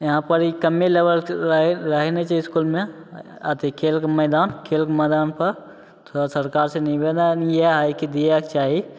यहाँ पर ई कमे लेबल रहए रहए नहि छै इसकुलमे अथी खेलके मैदान खेलके मैदान पर थोड़ा सरकार से निबेदन इएह हय कि दिएके चाही